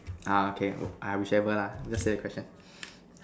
ah okay ah whichever lah just say the question